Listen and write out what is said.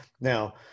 Now